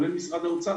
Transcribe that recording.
כולל משרד האוצר,